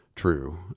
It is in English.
true